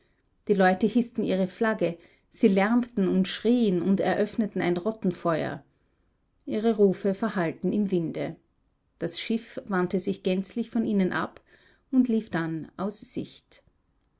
die leute hißten ihre flagge sie lärmten und schrien und eröffneten ein rottenfeuer ihre rufe verhallten im winde das schiff wandte sich gänzlich von ihnen ab und lief dann aus sicht